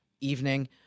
evening